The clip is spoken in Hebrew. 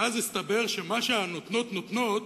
ואז הסתבר שמה ש"הנותנות" נותנות